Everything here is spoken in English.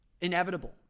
inevitable